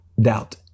doubt